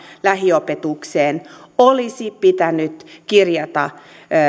lähiopetukseen olisi pitänyt kirjata